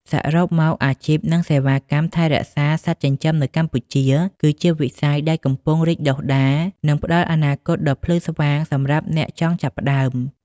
សរុបមក អាជីព និងសេវាកម្មថែរក្សាសត្វចិញ្ចឹមនៅកម្ពុជា គឺជាវិស័យដែលកំពុងរីកដុះដាល និងផ្តល់អនាគតដ៏ភ្លឺស្វាងសម្រាប់អ្នកចង់ចាប់ផ្ដើម។